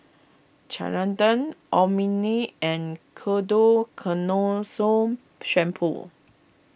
Ceradan Obimin and Ketoconazole Shampoo